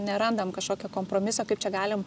nerandame kažkokio kompromiso kaip čia galim